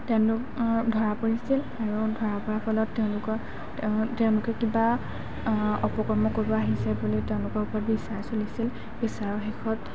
তেওঁলোক ধৰা পৰিছিল আৰু ধৰা পৰা ফলত তেওঁলোকৰ তে তেওঁলোকে কিবা অপকৰ্ম কৰিব আহিছে বুলি তেওঁলোকৰ ওপৰত বিচাৰ চলিছিল বিচাৰৰ শেষত